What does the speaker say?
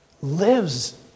lives